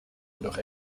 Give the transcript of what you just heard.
jedoch